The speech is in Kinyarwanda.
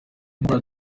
dukora